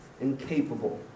incapable